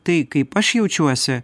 tai kaip aš jaučiuosi